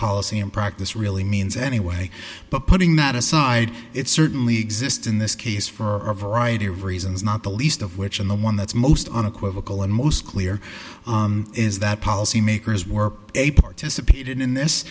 policy in practice really means anyway but putting that aside it certainly exists in this case for a variety of reasons not the least of which and the one that's most unequivocal and most clear is that policymakers were participated in this